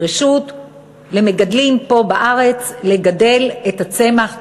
רשות למגדלים פה בארץ לגדל את הצמח,